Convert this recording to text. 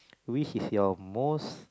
which is your most